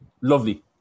Lovely